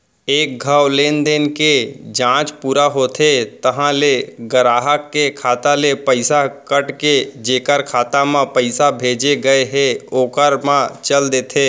एक घौं लेनदेन के जांच पूरा होथे तहॉं ले गराहक के खाता ले पइसा कट के जेकर खाता म पइसा भेजे गए हे ओकर म चल देथे